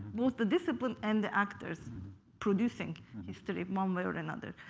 both the discipline and the actors producing history one way or another.